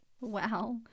Wow